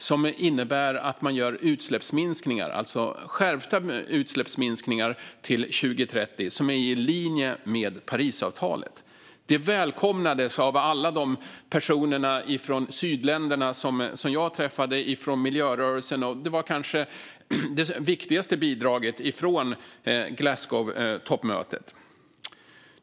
Det ska vara skärpta bidrag som innebär att man gör skärpta utsläppsminskningar till 2030 som är i linje med Parisavtalet. Detta välkomnades av alla de personer från sydländerna som jag träffade från miljörörelsen. Det var det kanske viktigaste bidraget från Glasgowtoppmötet.